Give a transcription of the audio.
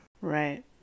Right